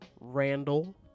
Randall